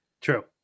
True